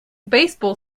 baseball